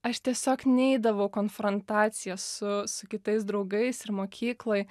aš tiesiog neidavau konfrontaciją su su kitais draugais ir mokykloj